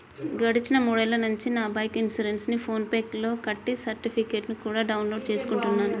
గడిచిన మూడేళ్ళ నుంచి నా బైకు ఇన్సురెన్సుని ఫోన్ పే లో కట్టి సర్టిఫికెట్టుని కూడా డౌన్ లోడు చేసుకుంటున్నాను